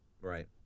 Right